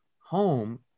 home